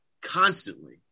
constantly